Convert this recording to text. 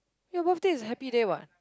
your birthday is happy day what